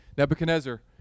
Nebuchadnezzar